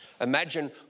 Imagine